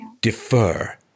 Defer